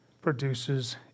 produces